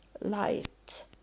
light